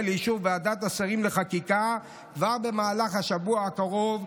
לאישור ועדת השרים לחקיקה כבר במהלך השבוע הקרוב,